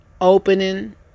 opening